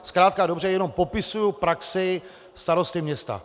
Zkrátka a dobře jenom popisuji praxi starosty města.